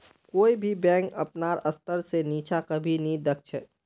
कोई भी बैंक अपनार स्तर से नीचा कभी नी दख छे